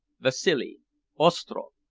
vasili ostroff.